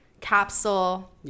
capsule